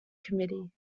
committee